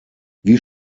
wie